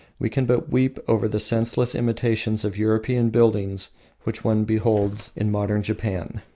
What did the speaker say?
we can but weep over the senseless imitations of european buildings which one beholds in modern japan.